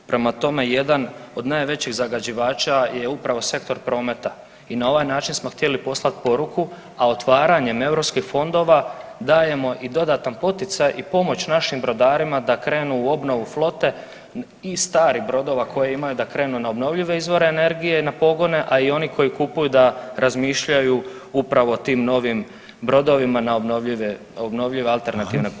Prema tome, jedan od najvećih zagađivača je upravo sektor prometa i na ovaj način smo htjeli poslat poruku, a otvaranjem europskih fondova dajemo i dodatan poticaj i pomoć našim brodarima da krenu u obnovu flote i stari brodova koje imaju da krenu na obnovljive izvore energije na pogone, a i oni koji kupuju da razmišljaju upravo o tim novim brodovima na obnovljive, obnovljive alternativne pogone.